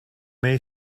may